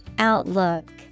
Outlook